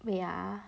wait ah